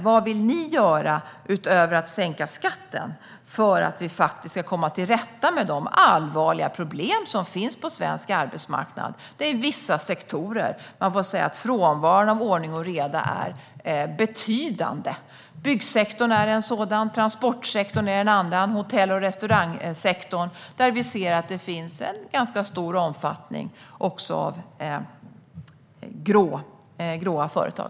Vad vill ni göra, utöver att sänka skatten, för att vi faktiskt ska komma till rätta med de allvarliga problem som finns på svensk arbetsmarknad? Det handlar om vissa sektorer där man kan säga att frånvaron av ordning och reda är betydande. I byggsektorn, transportsektorn och hotell och restaurangsektorn ser vi att det finns en ganska stor omfattning av grå företag.